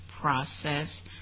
process